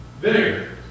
Vinegar